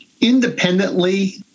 independently